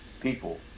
people